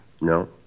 No